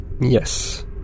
Yes